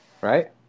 Right